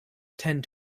tend